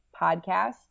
Podcast